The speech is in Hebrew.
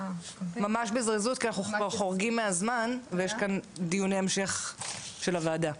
ממש בזריזות כי אנחנו כבר חורגים מהזמן ויש כאן דיוני המשך של הוועדה.